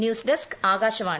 news desk Akashvani